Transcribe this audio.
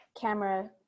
camera